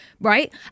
Right